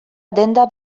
denda